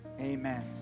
Amen